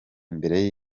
imbere